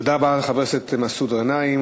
תודה רבה, חבר הכנסת מסעוד גנאים.